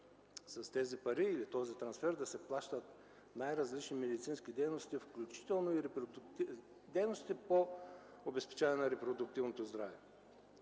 с тези пари или с този трансфер да се плащат най-различни медицински дейности, включително и дейности по обезпечаване на репродуктивното здраве.